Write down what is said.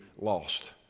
lost